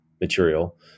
material